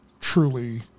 truly